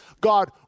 God